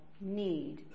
need